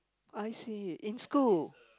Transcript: I see in school